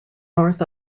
north